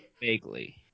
Vaguely